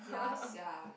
ya sia